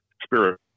spirit